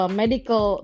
medical